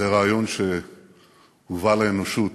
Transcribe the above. זה רעיון שהובא לאנושות